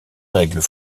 règles